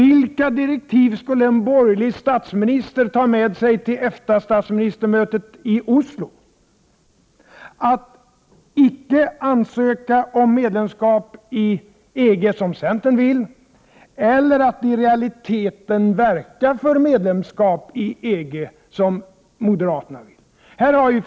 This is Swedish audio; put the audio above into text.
Vilka direktiv skulle en borgerlig statsminister ta med sig till EFTA statsministermötet i Oslo? Att icke ansöka om medlemskap i EG, som centern vill, eller att i realiteten verka för medlemskap i EG, som moderaterna vill?